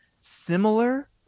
similar